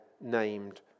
named